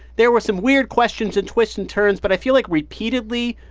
there were some weird questions and twists and turns. but i feel like repeatedly,